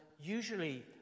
usually